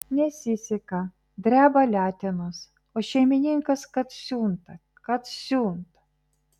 nesiseka dreba letenos o šeimininkas kad siunta kad siunta